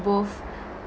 both